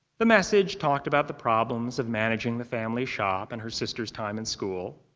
the message talked about the problems of managing the family shop and her sisters' time in school.